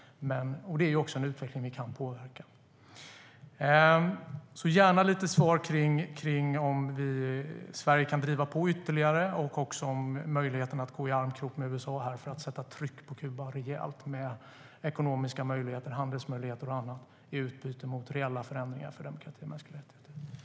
Det är också en utveckling som vi kan påverka. Jag vill gärna ha lite svar på om Sverige kan driva på ytterligare och också om möjligheten att gå i armkrok med USA för att sätta tryck på Kuba genom ekonomiska möjligheter, handelsmöjligheter och annat i utbyte mot reella förändringar för demokrati och mänskliga rättigheter.